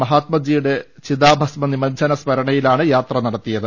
മഹാത്മജിയുടെ ചിതാഭസ്മ നിമജ്ജന സ്മരണയിലാണ് യാത്ര നടത്തിയത്